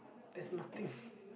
there's nothing